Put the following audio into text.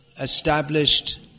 established